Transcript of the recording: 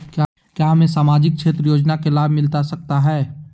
क्या हमें सामाजिक क्षेत्र योजना के लाभ मिलता सकता है?